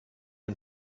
dem